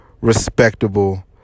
respectable